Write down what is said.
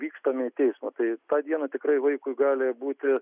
vykstame į teismą tai tą dieną tikrai vaikui gali būti